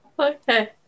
Okay